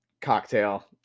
cocktail